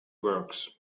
works